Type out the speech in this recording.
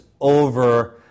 over